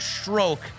stroke